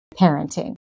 parenting